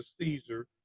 caesar